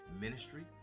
ministry